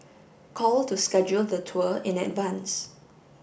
call to schedule the tour in advance